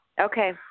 Okay